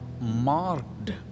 marked